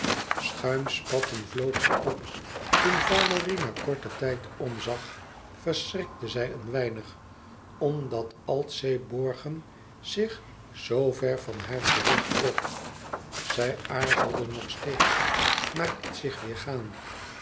schoot schuimspatten vlogen op toen valérie na korten tijd omzag verschrikte zij een weinig omdat altseeborgen zich zoo ver van haar terugtrok zij aarzelde nog eens maar liet zich weêr gaan